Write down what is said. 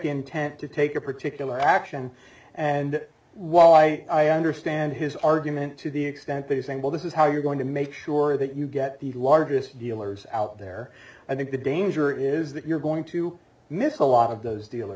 intent to take a particular action and while i understand his argument to the extent that he's saying well this is how you're going to make sure that you get the largest dealers out there i think the danger is that you're going to miss a lot of those dealer